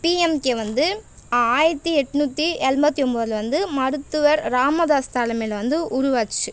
PMK வந்து ஆயிரத்து எட்நூற்றி எல்ம்பத்து ஒம்பதுல வந்து மருத்துவர் ராமதாஸ் தலைமையில் வந்து உருவாச்சு